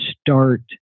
start